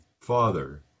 Father